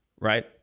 right